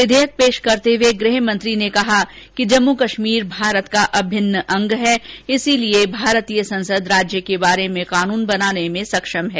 विधेयक पेश करते हुए गृहमंत्री ने कहा कि जम्मू कश्मीर भारत का अभिन्न अंग है इसलिए भारतीय संसद राज्य के बारे में कानून बनाने में सक्षम है